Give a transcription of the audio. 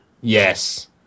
Yes